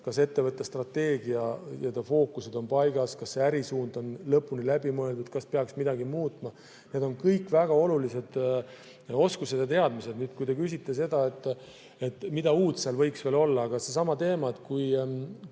kas ettevõtte strateegia fookused on paigas, kas ärisuund on lõpuni läbi mõeldud, kas peaks midagi muutma. Need on kõik väga olulised oskused ja teadmised. Nüüd, kui te küsite seda, mida uut seal võiks veel olla. Aga seesama teema, et kui